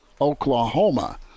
Oklahoma